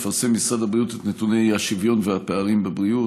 משרד הבריאות מפרסם את נתוני האי-שוויון והפערים בבריאות.